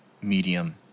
medium